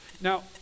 Now